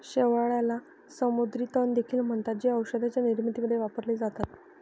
शेवाळाला समुद्री तण देखील म्हणतात, जे औषधांच्या निर्मितीमध्ये वापरले जातात